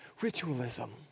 ritualism